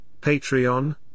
Patreon